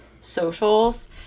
socials